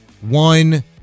one